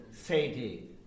Sadie